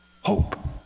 hope